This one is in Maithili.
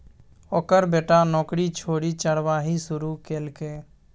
ओकर बेटा नौकरी छोड़ि चरवाही शुरू केलकै